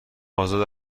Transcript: آزاد